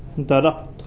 درخت